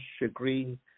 agree